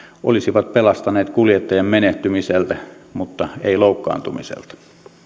olisivat pelastaneet kuljettajan menehtymiseltä vaikkakaan ei loukkaantumiselta